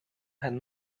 had